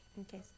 Okay